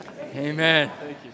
Amen